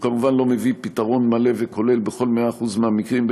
הוא כמובן לא מביא פתרון מלא וכולל ב-100% המקרים,